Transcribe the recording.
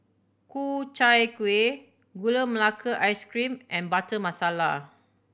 Ku Chai Kuih Gula Melaka Ice Cream and Butter Masala